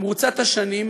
במרוצת השנים,